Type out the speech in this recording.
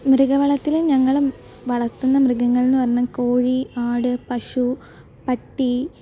മൃഗവളർത്തലിൽ ഞങ്ങൾ വളർത്തുന്ന മൃഗങ്ങളെന്നു പറഞ്ഞാൽ കോഴി ആട് പശു പട്ടി